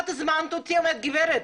את הזמנת אותי, את אומרת: גברת,